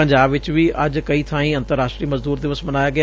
ਪੰਜਾਬ ਵਿਚ ਵੀ ਅੱਜ ਕਈ ਬਾਈ ਅੰਤਰਰਾਸ਼ਟਰੀ ਮਜਦੂਰ ਦਿਵਸ ਮਨਾਇਆ ਗਿਆ